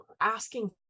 asking